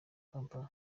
kampala